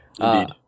Indeed